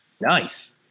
nice